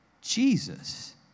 Jesus